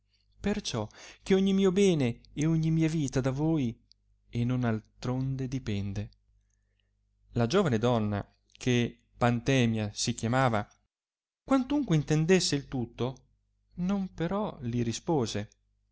perciò che ogni mio bene e ogni mia vita da voi e non altronde dipende la giovane donna che pantemia si chiamava quantunque intendesse il tutto non però li rispose